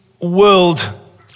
world